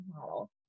model